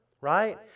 Right